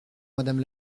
madame